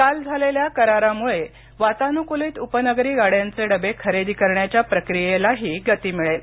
काल झालेल्या करारामुळे वातानुकूलित उपनगरी गाड्यांचे डबे खरेदी करण्याच्या प्रक्रीयेलाही गती मिळेल